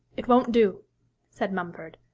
it won't do said mumford.